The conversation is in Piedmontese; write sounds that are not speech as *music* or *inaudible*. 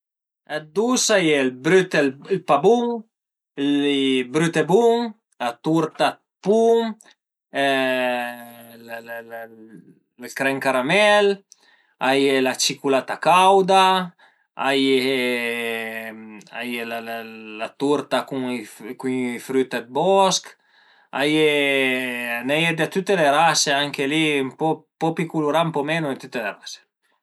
Dë dus a ie ël brüt e ël pa bun, i brüt e bun, la turta dë pum *hesitation* ël crem caramèl, a ie la ciculata cauda, a ie a ie la turta cun i früt dë bosch, a ie, a i n'a ie dë tüte la rase anche li ën po pi culurà e ën po menu, a i n'a ie dë tüte le rase